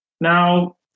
Now